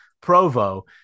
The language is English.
Provo